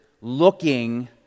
looking